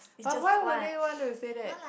but why would they want to say that